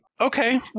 Okay